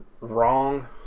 wrong